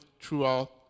throughout